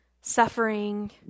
suffering